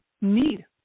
need